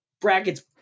brackets